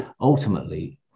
ultimately